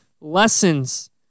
lessons